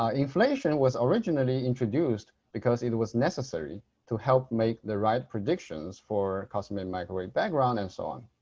um inflation was originally introduced because it it was necessary to help make the right predictions for cosmic microwave background and so on.